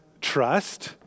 trust